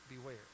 Beware